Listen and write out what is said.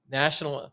national